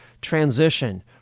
transition